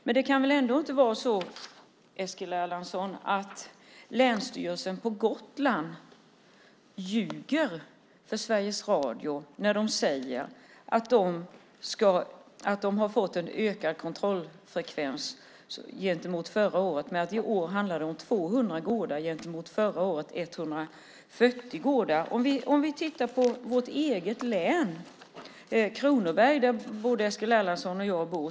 Men det kan väl ändå inte vara så att Länsstyrelsen i Gotlands län ljuger för Sveriges Radio när de säger att de har fått en ökad kontrollfrekvens jämfört med förra året, Eskil Erlandsson. I år handlar det om 200 gårdar gentemot 140 förra året, säger de. Låt oss titta på vårt eget län Kronoberg, där både Eskil Erlandsson, och jag bor.